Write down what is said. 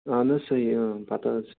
اہَن حظ صحی آ پَتہٕ حظ